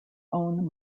own